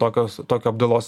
tokios tokio apdailos